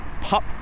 pop